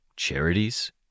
Charities